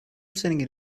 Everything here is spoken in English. sending